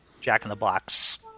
jack-in-the-box